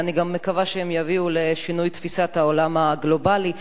ואני גם מקווה שהן יביאו לשינוי תפיסת העולם הגלובלי.